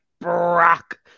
Brock